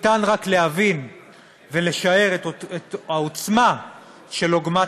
ניתן רק להבין ולשער את העוצמה של עוגמת